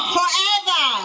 forever